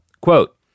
Quote